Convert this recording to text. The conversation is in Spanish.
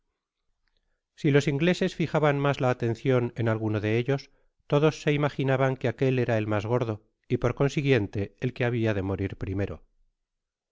si los ingleses fijaban ms la atencion en alguno de ellos todos se imaginaban que aquel era el mas gordo y por consiguiente el que habia de morir primero